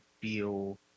feel